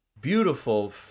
beautiful